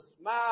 smile